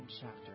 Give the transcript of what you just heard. chapter